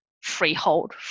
freehold